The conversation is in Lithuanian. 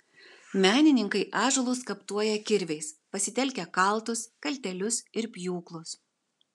menininkai ąžuolus skaptuoja kirviais pasitelkia kaltus kaltelius ir pjūklus